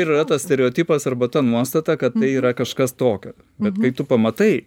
ir yra tas stereotipas arba ta nuostata kad tai yra kažkas tokio bet kaip tu pamatai